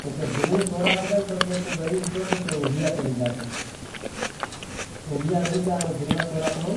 کائیں ہمز میں ناں آیو پسے شوں کرے۔ ٹینڈا تو واہویا پر ریٹ ناں زڑیو، ناں زڑیو تو پسے ہوے شوں کریئے،